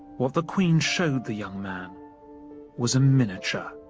what the queen showed the young man was a miniature